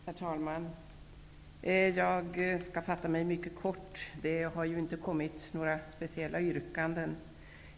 Herr talman! Jag skall fatta mig mycket kort. Det har inte gjorts några speciella yrkanden.